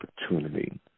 opportunity